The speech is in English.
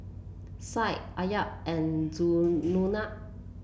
Syed Amsyar and